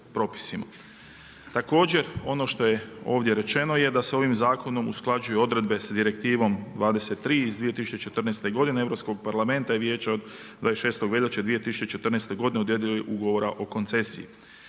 Također, ono što je ovdje rečeno je da se ovim zakonom usklađuju odredbe s Direktivom 23. iz 2014. godine Europskog parlamenta i Vijeća od 26. veljače 2014. godine o dodjeli ugovora o koncesiji.